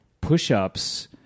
push-ups